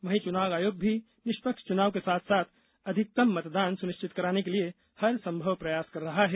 वहीं चुनाव आयोग भी निष्पक्ष चुनाव के साथ साथ अधिकतम मतदान सुनिश्चित कराने के लिए हरसंभव प्रयास कर रहा है